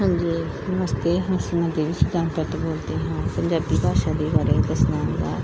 ਹਾਂਜੀ ਨਮਸਤੇ ਹੁਣ ਸਾਡਾ ਦੇਸ਼ ਬੋਲਦੇ ਹਾਂ ਪੰਜਾਬੀ ਭਾਸ਼ਾ ਦੇ ਬਾਰੇ ਦੱਸਣਾ ਹੁੰਦਾ